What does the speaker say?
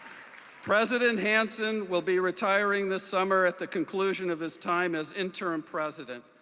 president hanson will be retiring this summer at the conclusion of his time as interim president.